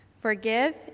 Forgive